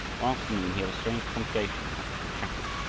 afternoon he had a strange congregation in that little chapel.